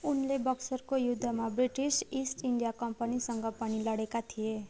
उनले बक्सरको युद्धमा ब्रिटिस इस्ट इन्डिया कम्पनीसँग पनि लडेका थिए